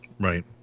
Right